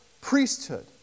priesthood